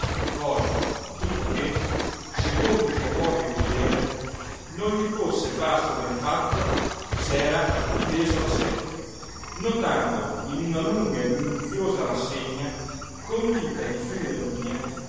poi tuttoché secondo il suo modo di vedere non gli fosse parso ben fatto s'era difeso da sé notando in una lunga e minuziosa rassegna condita di fine ironia